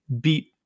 beat